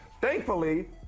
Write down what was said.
Thankfully